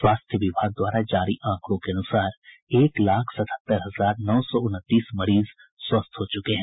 स्वास्थ्य विभाग द्वारा जारी आंकड़ों के अनुसार एक लाख सतहत्तर हजार नौ सौ उनतीस मरीज स्वस्थ हो चुके हैं